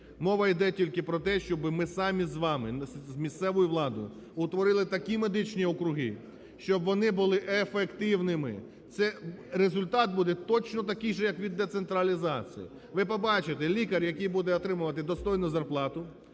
Мова іде тільки про те, щоби ми самі з вами, з місцевою владою утворили такі медичні округи, щоб вони були ефективними, це результат буде точно такий же як від децентралізації. Ви побачите, лікар, який буде отримувати достойну зарплату,